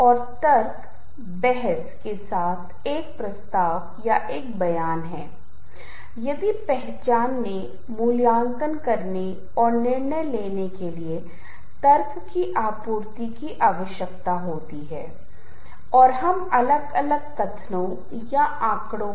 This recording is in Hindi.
ऑडिटरी परसेप्शन यदि आप इसमे शामिल तंत्र को देख रहे हैं कंपन का पता लगाने से ध्वनियों को सुनने की क्षमता आपके पास कान है जो एक तंत्रिका आवेग उत्पन्न करता है और यह मस्तिष्क के अस्थायी पक्ष में प्राथमिक श्रवण प्रांतस्था द्वारा संसाधित होता है ध्वनियां आम तौर पर हमें ध्वनि स्रोत के बारे में सोचने पर मजबूर करती हैं